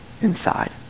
inside